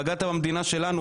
בגדת במדינה שלנו,